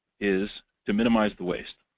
is to minimize the waste.